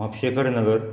Mhapsekar Nagar